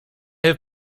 have